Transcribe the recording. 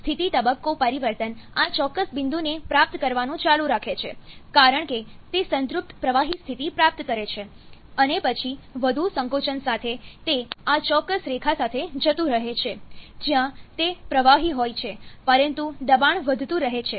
સ્થિતિ તબક્કો પરિવર્તન આ ચોક્કસ બિંદુને પ્રાપ્ત કરવાનું ચાલુ રાખે છે કારણ કે તે સંતૃપ્ત પ્રવાહી સ્થિતિ પ્રાપ્ત કરે છે અને પછી વધુ સંકોચન સાથે તે આ ચોક્કસ રેખા સાથે જતું રહે છે જ્યાં તે પ્રવાહી હોય છે પરંતુ દબાણ વધતું રહે છે